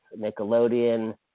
Nickelodeon